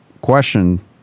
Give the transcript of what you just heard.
question